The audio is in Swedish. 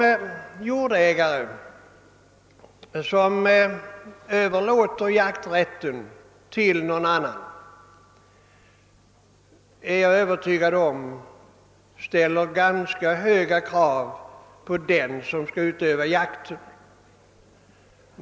Jag är övertygad om att de jordägare, som överlåter jakträtten till någon annan, ställer ganska höga krav på den som skall utöva jakten.